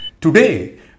today